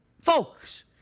Folks